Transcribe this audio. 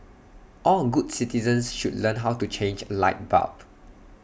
all good citizens should learn how to change A light bulb